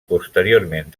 posteriorment